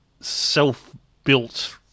self-built